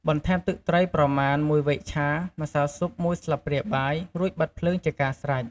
បន្ថែមទឹកត្រីប្រមាណ មួយវែកឆា ម្សៅស៊ុប មួយស្លាបព្រាបាយ រួចបិទភ្លើងជាការស្រេច។